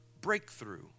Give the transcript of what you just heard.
breakthrough